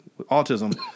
autism